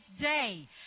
day